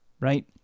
right